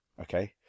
Okay